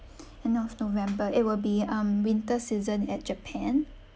end of november it will be um winter season at japan